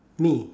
me